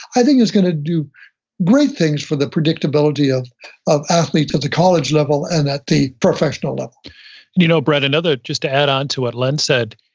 i think it's going to do great things for the predictability of of athletes at the college level and at the professional level you know, brett, another, just to add onto what len said,